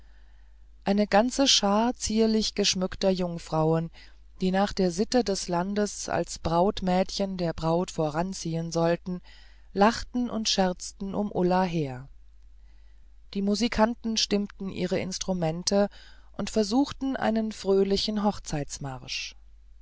eine ganze schar zierlich geschmückter jungfrauen die nach der sitte des landes als brautmädchen der braut voranziehen sollten lachten und scherzten um ulla her die musikanten stimmten ihre instrumente und versuchten einen fröhlichen hochzeitsmarsch